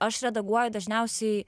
aš redaguoju dažniausiai